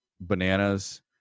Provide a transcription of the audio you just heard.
bananas